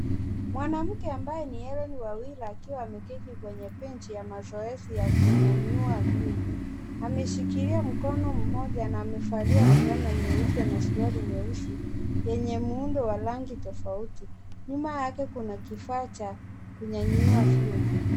Mwanamke ambaye ni Hellen Wawira akiwa ameketi kwenye benchi ya mazoezi ya kunyanyua vyuma, ameshikilia mkono mmoja na amevalia fulana nyeupe na suruali nyeusi yenye muundo wa rangi tofauti, nyuma yake kuna kifaa cha kunyanyua vyuma.